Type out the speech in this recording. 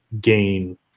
gain